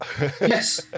yes